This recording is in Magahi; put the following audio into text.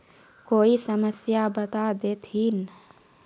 कोई समस्या बता देतहिन?